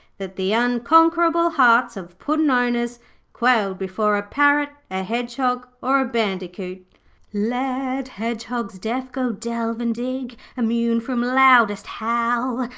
that the unconquerable hearts of puddin'-owners quailed before a parrot, a hedgehog, or a bandicoot let hedgehogs deaf go delve and dig, immune from loudest howl,